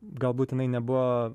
gal būtinai nebuvo